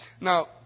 Now